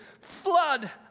flood